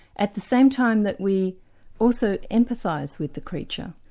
at the same time that we also emphathise with the creature,